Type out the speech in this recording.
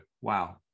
wow